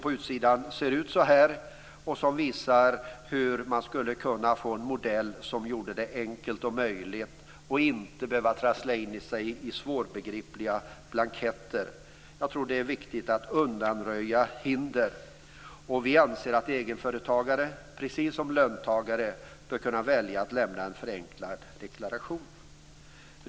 Det är en modell för hur man skulle kunna göra det enkelt för den blivande företagaren och undvika att han eller hon trasslar in sig i svårbegripliga blanketter. Jag tror att det är viktigt att undanröja hinder. Vi anser att egenföretagare precis som löntagare bör kunna välja att lämna en förenklad deklaration.